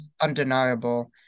undeniable